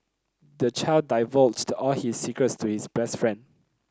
the child divulged all his secrets to his best friend